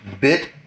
bit